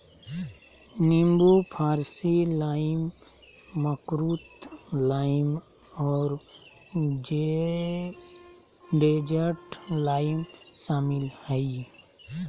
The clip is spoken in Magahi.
नींबू फारसी लाइम, मकरुत लाइम और डेजर्ट लाइम शामिल हइ